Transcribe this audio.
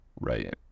right